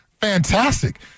fantastic